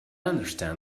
understand